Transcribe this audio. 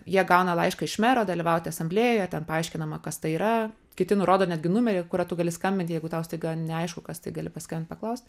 jie gauna laišką iš mero dalyvauti asamblėjoje ten paaiškinama kas tai yra kiti nurodo netgi numerį kuriuo gali skambinti jeigu tau staiga neaišku kas tai gali paskatint paklaust